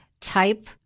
type